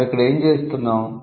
మనం ఇక్కడ ఏమి చేస్తున్నాం